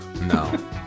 no